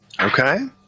Okay